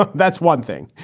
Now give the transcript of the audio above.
ah that's one thing.